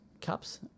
cups